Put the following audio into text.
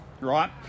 right